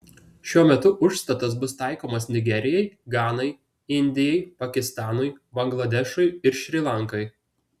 šiuo metu užstatas bus taikomas nigerijai ganai indijai pakistanui bangladešui ir šri lankai